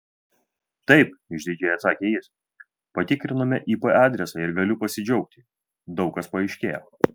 taip išdidžiai atsakė jis patikrinome ip adresą ir galiu pasidžiaugti daug kas paaiškėjo